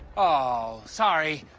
oh! sorry.